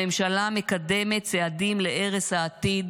הממשלה מקדמת צעדים להרס העתיד.